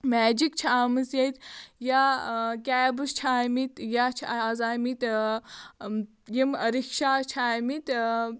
magic چھِ آمٕژ ییٚتہِ یا کیبٕس چھِ آمٕتۍ یا چھِ اَز آمٕتۍ یِم رِکشازٕ چھِ آمٕتۍ